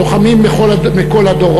לוחמים מכל הדורות,